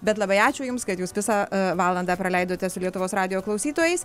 bet labai ačiū jums kad jūs visą valandą praleidote su lietuvos radijo klausytojais